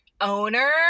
owner